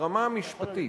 שברמה המשפטית,